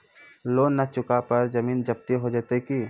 Loan न चुका पर जमीन जब्ती हो जैत की?